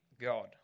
God